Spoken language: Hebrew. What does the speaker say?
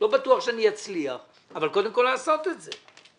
לא בטוח שאני אצליח אבל קודם כל לעשות את זה.